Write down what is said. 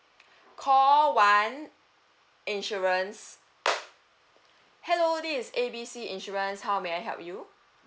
call one insurance hello this is A B C insurance how may I help you